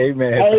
Amen